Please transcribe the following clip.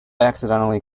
accidentally